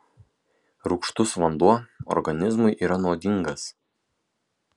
rūgštus vanduo organizmui yra nuodingas